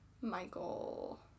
Michael